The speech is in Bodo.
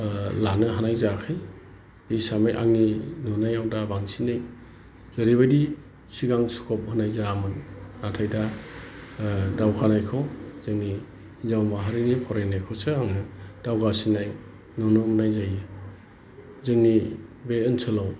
लानो हानाय जायाखै बे हिसाबै आंनि नुनायाव दा बांसिनै जेरैबादि सिगां सिकप होनाय जायामोन नाथाय दा दावगानायखौ जोंनि हिनजाव माहारिनि फरायनायखौसो आङो दावगासिननाय नुनो मोननाय जायो जोंनि बे ओनसोलाव